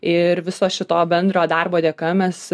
ir viso šito bendro darbo dėka mes